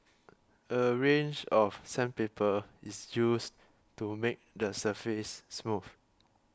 a range of sandpaper is used to make the surface smooth